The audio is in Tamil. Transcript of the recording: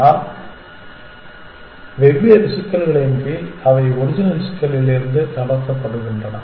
ஆனால் வெவ்வேறு சிக்கல்களின் கீழ் அவை ஒரிஜினல் சிக்கலில் இருந்து தளர்த்தப்படுகின்றன